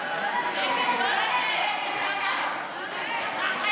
ההצעה